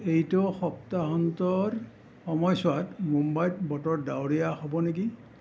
এইটো সপ্তাহান্তৰ সময়ছোৱাত মুম্বাইত বতৰ ডাৱৰীয়া হ'ব নেকি